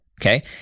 okay